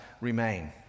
remain